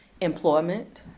Employment